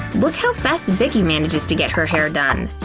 look how fast vicki managed to get her hair done.